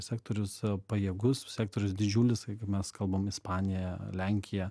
sektorius pajėgus sektorius didžiulis jeigu mes kalbam ispanija lenkija